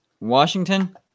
Washington